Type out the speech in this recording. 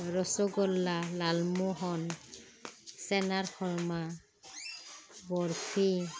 ৰসগোল্লা লালমোহন চেনাৰ খুৰ্মা বৰফী